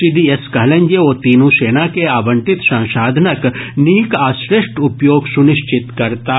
CDS कहलनि जे ओ तीनू सेना के आवंटित संसाधनक नीक आ श्रेष्ठ उपयोग सुनिश्चित करताह